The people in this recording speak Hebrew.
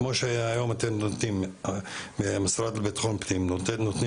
כמו שהיום אתם במשרד לביטחון פנים נותנים